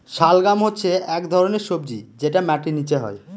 শালগাম হচ্ছে এক ধরনের সবজি যেটা মাটির নীচে হয়